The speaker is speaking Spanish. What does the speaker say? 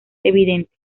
evidente